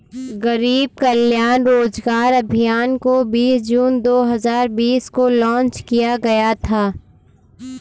गरीब कल्याण रोजगार अभियान को बीस जून दो हजार बीस को लान्च किया गया था